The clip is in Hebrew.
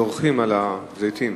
דורכים על הזיתים,